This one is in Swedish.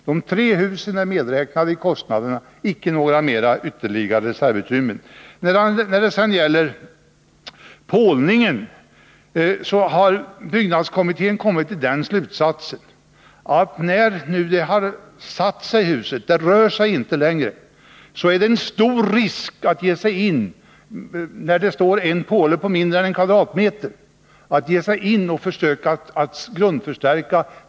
Det tre husen, men inte några ytterligare reservutrymmen, är medräknade i kostnaderna. När det gäller pålningen har byggnadskommittén kommit till den slutsatsen att eftersom det gamla riksdagshuset har satt sig — det rör sig inte nu längre —- är det en stor risk förenad med att ge sig in där, när det står en påle på mindre än en kvadratmeter, och försöka att grundförstärka huset.